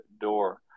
door